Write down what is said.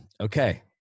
Okay